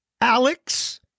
Alex